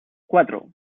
cuatro